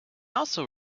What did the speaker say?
also